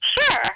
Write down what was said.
Sure